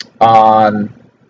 on